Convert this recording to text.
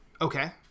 Okay